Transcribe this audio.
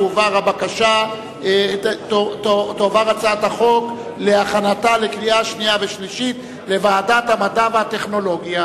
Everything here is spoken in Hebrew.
הצעת החוק תועבר לוועדת המדע והטכנולוגיה